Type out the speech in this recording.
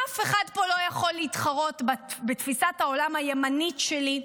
אף אחד פה לא יכול להתחרות בתפיסת העולם הימנית שלי.